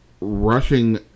rushing